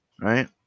right